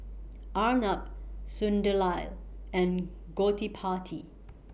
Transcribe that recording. Arnab Sunderlal and Gottipati